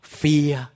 fear